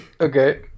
okay